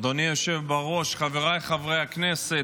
אדוני היושב בראש, חבריי חברי הכנסת,